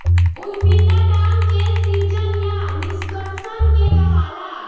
उद्यमिता दाम के सृजन या निष्कर्सन के कहाला